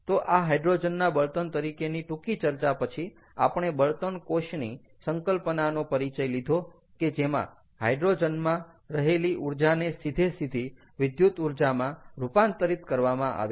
તો આ હાઈડ્રોજનના બળતણ તરીકેની ટૂંકી ચર્ચા પછી આપણે બળતણ કોષની સંકલ્પનાનો પરિચય લીધો કે જેમાં હાઈડ્રોજનમાં રહેલી ઊર્જાને સીધેસીધી વિદ્યુત ઊર્જામાં રૂપાંતરીત કરવામાં આવે છે